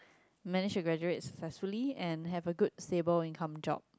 manage to graduate successfully and have a good stable income job